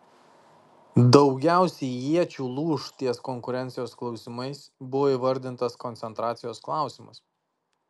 daugiausiai iečių lūš ties konkurencijos klausimais buvo įvardintas koncentracijos klausimas